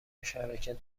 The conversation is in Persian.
مشارکت